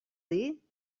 dir